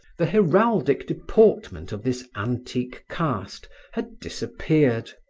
the heraldic deportment of this antique caste had disappeared.